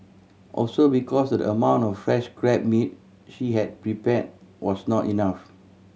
also because the amount of fresh crab meat she had prepared was not enough